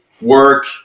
work